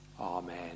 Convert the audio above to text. Amen